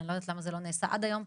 אני לא יודעת למה זה לא נעשה עד היום,